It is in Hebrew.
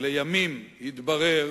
לימים התברר